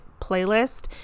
playlist